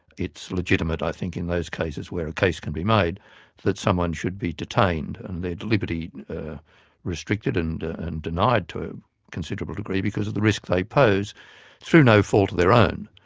it's legitimate i think in those cases where a case can be made that someone should be detained and their liberty restricted and and denied to a considerable degree because of the risks they pose through no fault of their own.